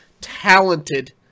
talented